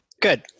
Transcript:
Good